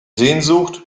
sehnsucht